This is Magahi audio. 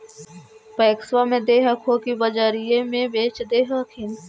पैक्सबा मे दे हको की बजरिये मे बेच दे हखिन?